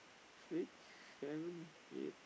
six seven eight